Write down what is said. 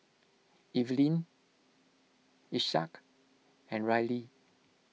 Eveline Isaak and Rylie